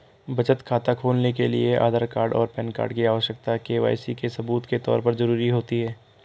बचत खाता खोलने के लिए आधार कार्ड और पैन कार्ड की आवश्यकता के.वाई.सी के सबूत के तौर पर ज़रूरी होती है